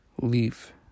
leave